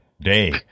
Day